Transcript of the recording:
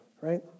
right